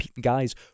guys